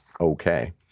okay